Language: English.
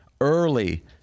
early